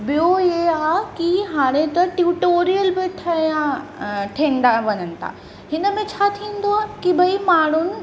ॿियो इहो आहे कि हाणे त ट्युटोरियल बि ठहिया ठहंदा वञनि था हिन में छा थींदो आहे कि भई माण्हुनि